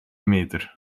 meter